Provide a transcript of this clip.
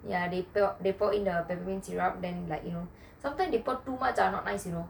ya they pour in the peppermint syrup then like you know sometimes they pour too much you know